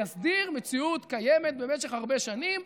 להסדיר מציאות קיימת במשך הרבה שנים.